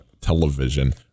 television